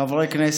חברי הכנסת,